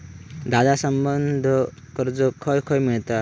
दादा, संबंद्ध कर्ज खंय खंय मिळता